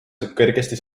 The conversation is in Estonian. kergesti